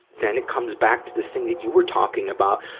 then it comes back to the thing that you were talking about,